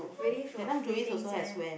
really got got free things eh